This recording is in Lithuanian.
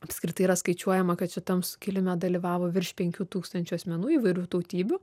apskritai yra skaičiuojama kad šitam sukilime dalyvavo virš penkių tūkstančių asmenų įvairių tautybių